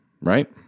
right